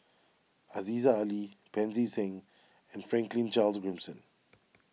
Aziza Ali Pancy Seng and Franklin Charles Gimson